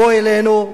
בוא אלינו,